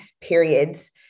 periods